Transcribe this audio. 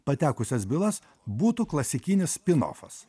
patekusias bylas būtų klasikinis spinofas